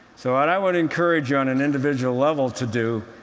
so what i would encourage on an individual level to do,